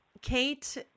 Kate